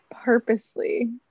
purposely